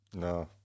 No